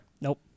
Nope